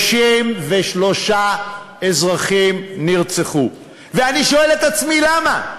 33 אזרחים נרצחו, ואני שואל את עצמי, למה?